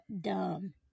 dumb